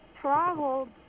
traveled